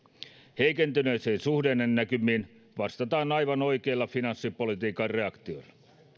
heikentyneisiin suhdannenäkymiin vastataan aivan oikeilla finanssipolitiikan reaktioilla